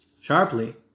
sharply